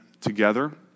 together